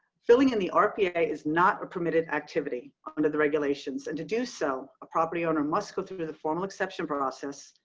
filling in the rpa is not a permitted activity under the regulations and to do so, a property owner must go through the formal exception process,